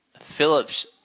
Phillips